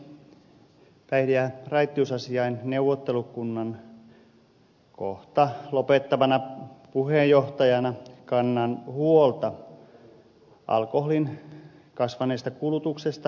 päihde ja raittiusasiain neuvottelukunnan kohta lopettavana puheenjohtajana kannan huolta alkoholin kasvaneesta kulutuksesta maassamme